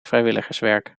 vrijwilligerswerk